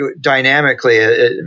dynamically